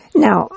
Now